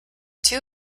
two